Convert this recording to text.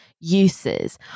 uses